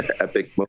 epic